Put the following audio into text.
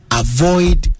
avoid